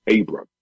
abram